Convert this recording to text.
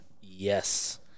yes